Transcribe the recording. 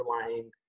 underlying